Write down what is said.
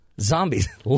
Zombies